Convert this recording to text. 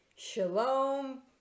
shalom